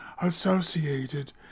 associated